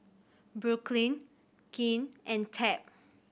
Brooklynn Quinn and Tab